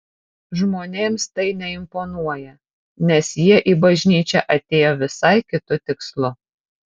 žmonėms tai neimponuoja nes jie į bažnyčią atėjo visai kitu tikslu